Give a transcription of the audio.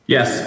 Yes